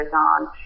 on